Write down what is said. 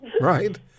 Right